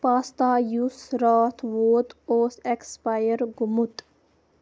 pasta یُس راتھ ووت اوس ایٚکسپایر گوٚمُت